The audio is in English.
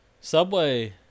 Subway